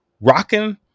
rocking